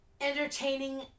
entertaining